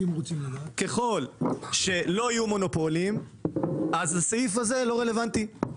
ככל שלא יהיו מונופולים אז הסעיף הזה לא רלוונטי.